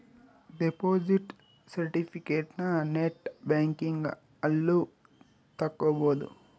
deposit ಸೆರ್ಟಿಫಿಕೇಟನ net banking ಅಲ್ಲು ತಕ್ಕೊಬೊದು